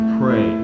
pray